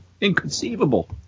Inconceivable